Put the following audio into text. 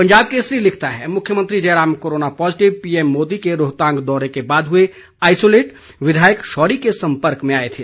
पंजाब केसरी लिखता है मुख्यमंत्री Jairam corona positive PM Modi के रोहतांग दौरे के बाद हुए आइसोलेट विधायक शौरी के संपर्क में आए थे